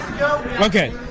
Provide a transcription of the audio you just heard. Okay